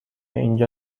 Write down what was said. اینجا